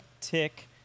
tick